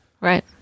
Right